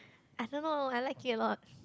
I don't know I like it a lot